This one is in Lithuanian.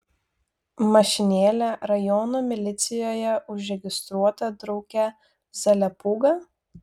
mašinėlė rajono milicijoje užregistruota drauge zaliapūga